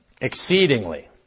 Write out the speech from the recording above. exceedingly